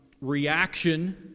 reaction